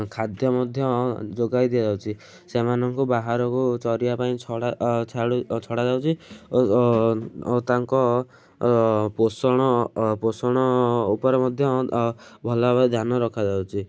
ଖାଦ୍ୟ ମଧ୍ୟ ଯୋଗାଇ ଦିଆଯାଉଛି ସେମାନଙ୍କୁ ବାହାରକୁ ଚରିବା ପାଇଁ ଛଡ଼ା ଯାଉଛି ଓ ତାଙ୍କ ପୋଷଣ ପୋଷଣ ଉପରେ ମଧ୍ୟ ଭଲ ଭାବରେ ଧ୍ୟାନ ରଖାଯାଉଛି